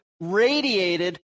radiated